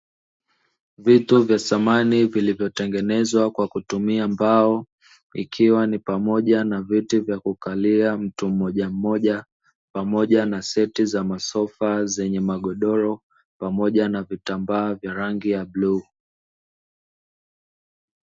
Vitu vya samani vilivyotengenezwa kwa kutumia mbao, ikiwa ni pamoja na viti vya kukalia mtu mmoja mmoja pamoja na seti za masofa zenye magodoro, pamoja na vitambaa vya rangi ya bluu.